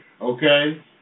Okay